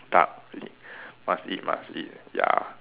duck you see must eat must eat ya